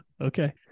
Okay